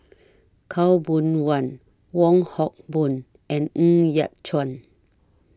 Khaw Boon Wan Wong Hock Boon and Ng Yat Chuan